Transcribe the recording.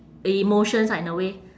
emotions ah in a way